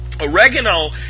Oregano